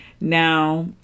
Now